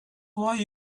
why